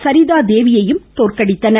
சரிதாதேவியையும் தோற்கடித்தனர்